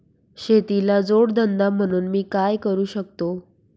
शेतीला जोड धंदा म्हणून मी काय करु शकतो?